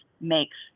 makes